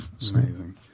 Amazing